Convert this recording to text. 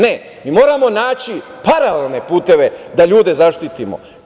Ne, mi moramo naći paralelne puteve da ljude zaštitimo.